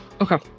Okay